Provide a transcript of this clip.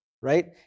right